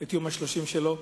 את יום ה-30 שלו.